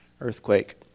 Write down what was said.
earthquake